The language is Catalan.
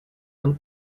han